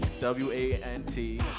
w-a-n-t